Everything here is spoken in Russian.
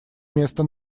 места